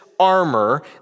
armor